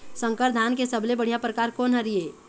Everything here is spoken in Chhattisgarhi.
संकर धान के सबले बढ़िया परकार कोन हर ये?